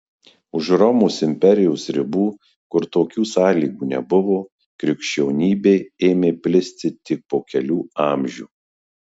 už romos imperijos ribų kur tokių sąlygų nebuvo krikščionybė ėmė plisti tik po kelių amžių